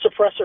suppressor